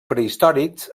prehistòrics